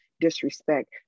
disrespect